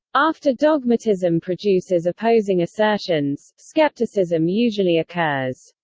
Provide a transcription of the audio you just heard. after dogmatism produces opposing assertions, skepticism usually occurs.